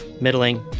middling